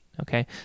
okay